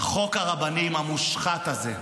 חוק הרבנים המושחת הזה,